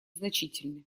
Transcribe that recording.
значительны